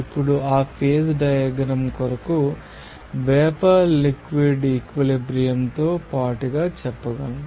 ఇప్పుడు ఆ phase diagram కొరకు వేపర్ లిక్విడ్ ఈక్విలిబ్రియం తో పాటుగా చెప్పగలను